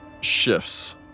shifts